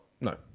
no